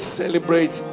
celebrate